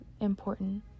important